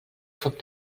foc